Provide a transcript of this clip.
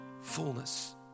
fullness